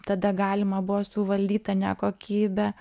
tada galima buvo suvaldyt tą nekokybę